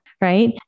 right